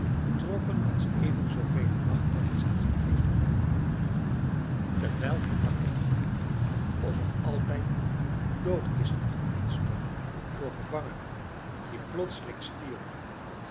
trokken als evenzoo vele nachtmerries aan zijn geest voorbij terwijl hij wakker lag of er altijd doodkisten gereed stonden voor gevangenen die plotseling stierven